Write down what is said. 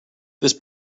this